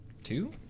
Two